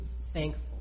thankful